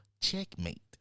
Checkmate